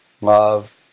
love